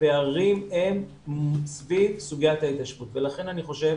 הפערים הם סביב סוגיית ההתיישבות ולכן אני חושב